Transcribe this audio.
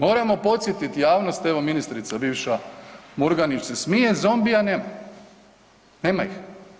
Moramo podsjetit javnost evo ministrica bivša Murganić se smije, zombija nema, nema ih.